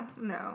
No